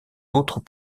autres